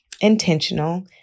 intentional